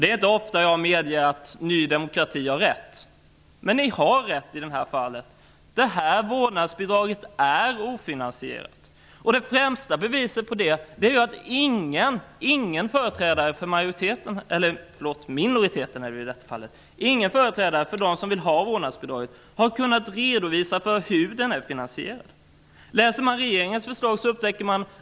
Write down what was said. Det är inte ofta jag medger att Ny demokrati har rätt, men i det här fallet har man rätt. Detta vårdnadsbidrag är ofinansierat. Det främsta beviset är att ingen företrädare för dem som vill ha vårdnadsbidraget har kunnat redovisa hur det är finansierat.